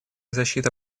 защита